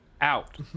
out